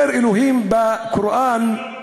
אומר אלוהים בקוראן, שידבר במרוקאית,